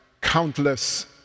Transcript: countless